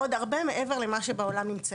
הרבה מעבר למה שנמצאים בו בעולם.